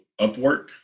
Upwork